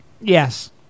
Yes